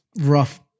rough